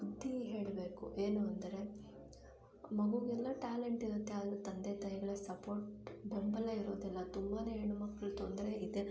ಬುದ್ಧಿ ಹೇಳಬೇಕು ಏನು ಅಂದರೆ ಮಗುಗೆಲ್ಲ ಟ್ಯಾಲೆಂಟಿರುತ್ತೆ ಆದರೆ ತಂದೆ ತಾಯಿಗಳ ಸಪೋರ್ಟ್ ಬೆಂಬಲ ಇರೋದಿಲ್ಲ ತುಂಬನೇ ಹೆಣ್ಮಕ್ಕಳ ತೊಂದರೆ ಇದೆ